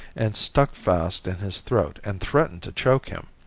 and stuck fast in his throat and threatened to choke him.